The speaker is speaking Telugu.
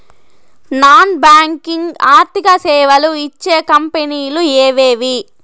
నాన్ బ్యాంకింగ్ ఆర్థిక సేవలు ఇచ్చే కంపెని లు ఎవేవి?